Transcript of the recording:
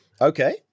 Okay